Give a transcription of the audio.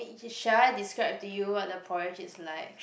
should I describe to you what the porridge is like